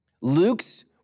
Luke's